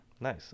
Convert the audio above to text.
Nice